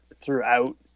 throughout